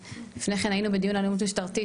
לפני כן היינו בדיון באלימות משטרתית,